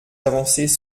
avancées